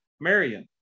Marion